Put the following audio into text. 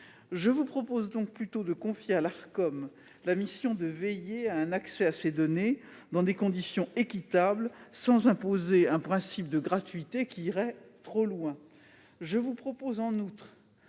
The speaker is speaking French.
Je vous propose donc plutôt de confier la mission à l'Arcom de veiller à l'accès à ces données dans des conditions « équitables », sans imposer un principe de gratuité qui irait trop loin. En outre, je suggère